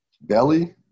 Belly